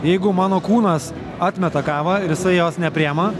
jeigu mano kūnas atmeta kavą ir jisai jos nepriima